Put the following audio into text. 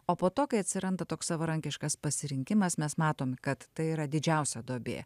o po to kai atsiranda toks savarankiškas pasirinkimas mes matom kad tai yra didžiausia duobė